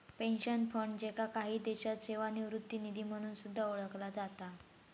pension fund, ज्याका काही देशांत सेवानिवृत्ती निधी म्हणून सुद्धा ओळखला जाता